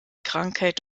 krankheit